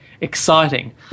exciting